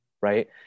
right